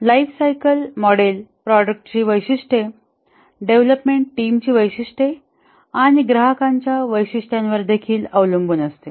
lifecycle model प्रॉडक्टची वैशिष्ट्ये development टीमची वैशिष्ट्ये आणि ग्राहकांच्या वैशिष्ट्यांवर देखील अवलंबून असते